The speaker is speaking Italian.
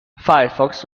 firefox